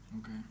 Okay